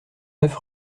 neuf